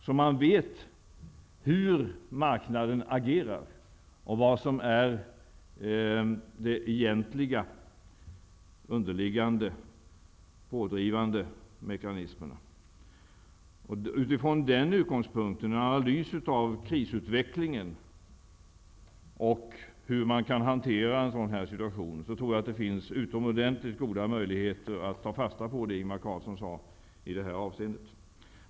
Då får man veta hur marknaden agerar och vad som är de egentliga, underliggande och pådrivande mekanismerna. Jag tror att det utifrån en analys av krisutvecklingen och hur man kan hantera en sådan situation finns utomordentligt goda möjligheter att ta fasta på det Ingvar Carlsson sade i detta avseende.